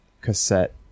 cassette